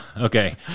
Okay